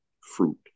fruit